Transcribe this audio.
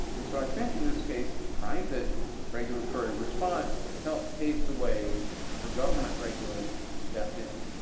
and so i think in this case, the private regulatory response helped pave the way for government regulation to step in,